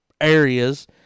areas